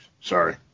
Sorry